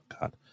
God